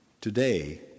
Today